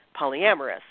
polyamorous